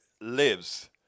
lives